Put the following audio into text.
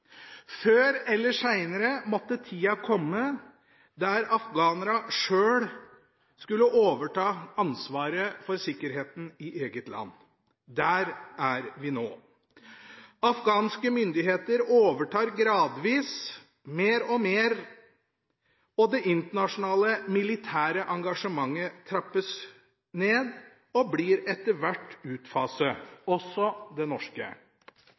Før eller seinere måtte tida komme da afghanerne sjøl skulle overta ansvaret for sikkerheten i eget land. Der er vi nå. Afghanske myndigheter overtar gradvis mer og mer, og det internasjonale militære engasjementet trappes ned og blir etter hvert utfaset – også det norske.